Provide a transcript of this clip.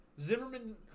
Zimmerman